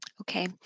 Okay